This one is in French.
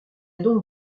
donc